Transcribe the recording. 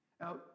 Now